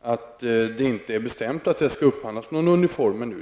att det ännu inte har bestämts att det skall upphandlas någon uniform.